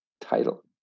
title